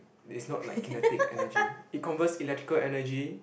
is not like kinetic energy it converts electrical energy